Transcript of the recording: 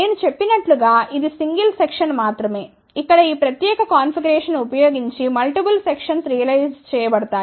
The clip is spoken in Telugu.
నేను చెప్పినట్లు గా ఇది సింగిల్ సెక్షన్ మాత్రమే ఇక్కడ ఈ ప్రత్యేక కాన్ఫిగరేషన్ను ఉపయోగించి మల్టిపుల్ సెక్షన్స్ రియలైజ్ చేయబడతాయి